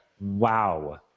wow